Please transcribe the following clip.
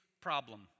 problem